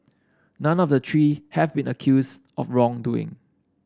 none of the three have been accused of wrongdoing